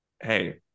Hey